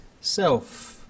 self